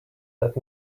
that